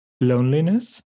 loneliness